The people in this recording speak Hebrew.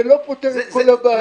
זה לא פותר את כל הבעיה.